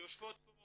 שיושבות כאן